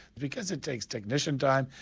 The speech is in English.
because it takes technician time,